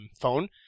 phone